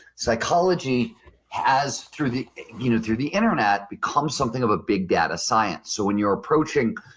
psychology has, through the you know through the internet, become something of a big data science. so when you're approaching